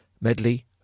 Medley